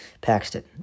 Paxton